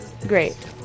Great